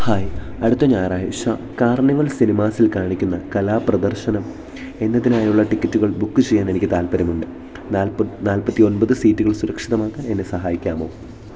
hi അടുത്ത ഞായറാഴ്ച Carnival സിനിമാസിൽ കാണിക്കുന്ന കലാപ്രദർശനം എന്നതിനായുള്ള ടിക്കറ്റുകൾ ബുക്ക് ചെയ്യാൻ എനിക്ക് താൽപ്പര്യമുണ്ട് നാൽപ്പ നാൽപ്പത്തി ഒമ്പത് സീറ്റുകൾ സുരക്ഷിതമാക്കാൻ എന്നെ സഹായിക്കാമോ